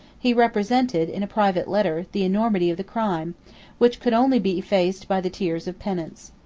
he represented, in a private letter, the enormity of the crime which could only be effaced by the tears of penitence.